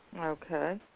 Okay